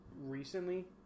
recently